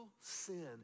sin